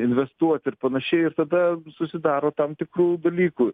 investuot ir panašiai ir tada susidaro tam tikrų dalykų